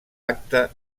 acta